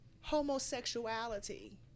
homosexuality